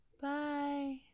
bye